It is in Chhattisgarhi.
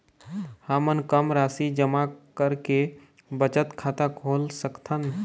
हमन कम राशि जमा करके बचत खाता खोल सकथन?